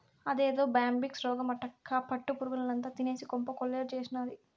అదేదో బ్యాంబిక్స్ రోగమటక్కా పట్టు పురుగుల్నంతా తినేసి కొంప కొల్లేరు చేసినాది